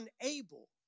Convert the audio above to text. unable